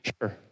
Sure